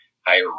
higher